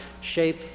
shape